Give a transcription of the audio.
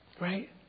Right